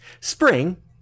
Spring